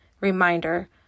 reminder